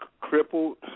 crippled